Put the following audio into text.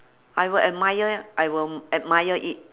I will admire I will admire it